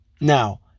Now